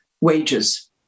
wages